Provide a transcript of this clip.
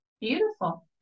Beautiful